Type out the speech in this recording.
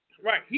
Right